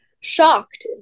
shocked